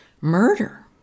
murder